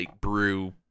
Brew